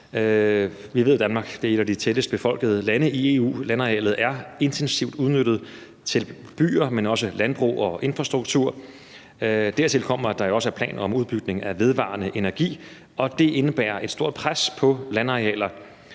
Vi ved, at Danmark er et af de tættest befolkede lande i EU – landarealet er intensivt udnyttet til byer, men også landbrug og infrastruktur. Dertil kommer, at der jo også er planer om udbygning af vedvarende energi, og det indebærer et stort pres på landarealer.